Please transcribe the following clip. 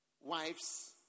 wives